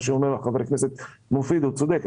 מה שאומר חבר הכנסת מופיד, הוא צודק.